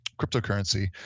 cryptocurrency